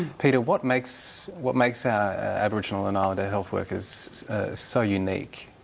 peter, what makes what makes our aboriginal and islander health workers so unique?